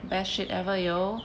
best shit ever yo